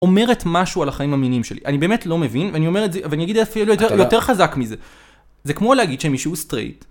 אומרת משהו על החיים המיניים שלי, אני באמת לא מבין, ואני אומר את זה, ואני אגיד אפילו יותר חזק מזה. זה כמו להגיד שמישהו הוא סטרייט.